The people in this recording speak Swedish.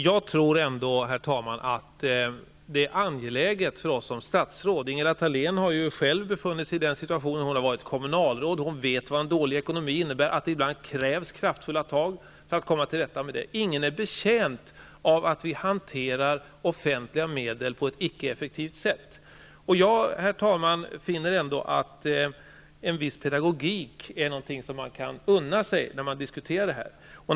Herr talman! Ingela Thalén har själv varit statsråd. Hon har också varit kommunalråd och vet vad en dålig ekonomi innebär och att det ibland krävs kraftfulla tag för att komma till rätta med det. Ingen är betjänt av att vi hanterar offentliga medel på ett icke effektivt sätt. Herr talman! Jag finner ändå att man kan unna sig en viss pedagogik när man diskuterar denna sak.